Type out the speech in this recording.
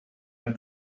had